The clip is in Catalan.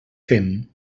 fem